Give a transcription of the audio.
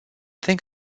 think